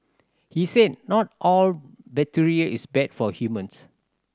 he said not all bacteria is bad for humans